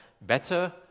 better